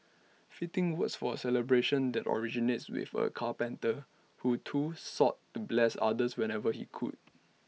fitting words for A celebration that originates with A carpenter who too sought to bless others whenever he could